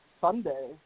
Sunday